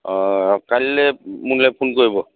অঁ আহক কাইলে ফোন কৰিব